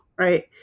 right